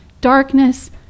Darkness